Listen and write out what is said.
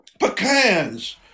Pecans